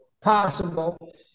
possible